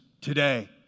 today